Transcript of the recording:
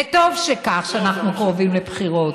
וטוב שכך, שאנחנו קרובים לבחירות.